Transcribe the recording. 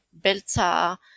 Belza